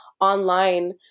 online